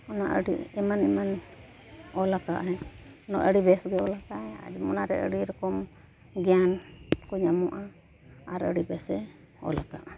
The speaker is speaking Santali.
ᱚᱱᱟ ᱟᱨ ᱮᱢᱟᱱ ᱮᱢᱟᱱ ᱚᱞ ᱟᱠᱟᱫᱟᱭ ᱟᱹᱰᱤ ᱵᱮᱥᱜᱮ ᱚᱞ ᱟᱠᱟᱫᱟᱭ ᱚᱱᱟᱨᱮ ᱟᱹᱰᱤ ᱨᱚᱠᱚᱢ ᱜᱮᱭᱟᱱ ᱠᱚ ᱧᱟᱢᱚᱜᱼᱟ ᱟᱨ ᱟᱹᱰᱤ ᱵᱮᱥᱮ ᱚᱞ ᱟᱠᱟᱫᱟ